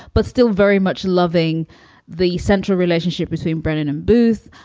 but still very much loving the central relationship between brennan and booth.